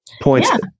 points